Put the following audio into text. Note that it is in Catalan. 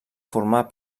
formar